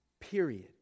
period